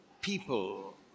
people